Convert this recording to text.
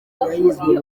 yahizwe